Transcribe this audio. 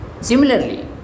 Similarly